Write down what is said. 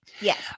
Yes